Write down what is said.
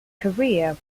career